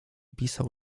pisał